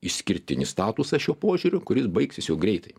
išskirtinį statusą šiuo požiūriu kuris baigsis jau greitai